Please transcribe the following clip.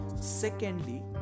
Secondly